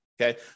Okay